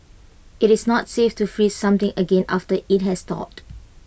IT is not safe to freeze something again after IT has thawed